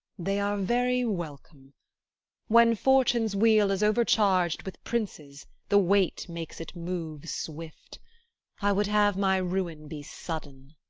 they are very welcome when fortune's wheel is over-charg'd with princes, the weight makes it move swift i would have my ruin be sudden